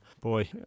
boy